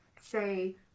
say